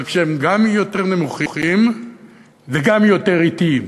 רק שהם גם יותר נמוכים וגם יותר אטיים.